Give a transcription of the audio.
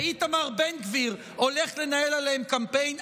ואיתמר בן גביר הולך לנהל עליהן קמפיין,